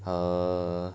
err